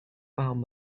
found